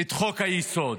את חוק-היסוד.